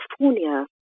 California